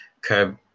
curb